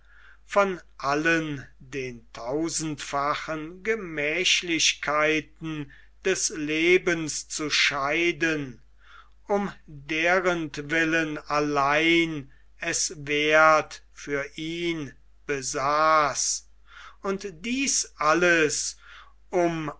von allen den tausendfachen gemächlichkeiten des lebens zu scheiden um derentwillen allein es werth für ihn besaß und dies alles um